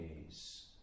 days